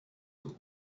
eaux